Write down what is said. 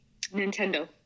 Nintendo